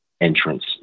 entrance